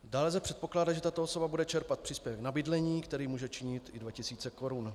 Dále lze předpokládat, že tato osoba bude čerpat příspěvek na bydlení, který může činit i 2 000 korun.